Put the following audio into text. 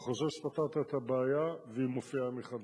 אתה חושב שפתרת את הבעיה והיא מופיעה מחדש.